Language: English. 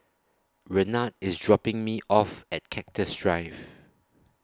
Renard IS dropping Me off At Cactus Drive